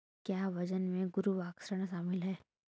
क्या वजन में गुरुत्वाकर्षण शामिल है?